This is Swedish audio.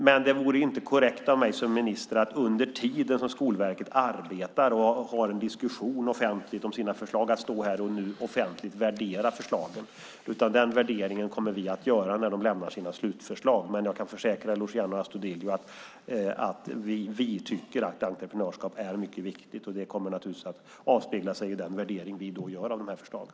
Men det vore inte korrekt av mig som minister att under den tid Skolverket arbetar ha en diskussion offentligt om dess förslag och att här och nu offentligt värdera förslagen. Den värderingen kommer vi i stället att göra när man avlämnat sina slutförslag. Men jag kan försäkra Luciano Astudillo om att vi tycker att entreprenörskap är mycket viktigt. Det kommer naturligtvis att avspeglas i vår värdering av förslagen.